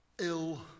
Ill